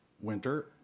winter